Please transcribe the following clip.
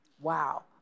Wow